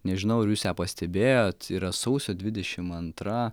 nežinau ar jūs ją pastebėjot yra sausio dvidešim antra